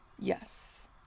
Yes